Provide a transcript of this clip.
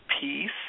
peace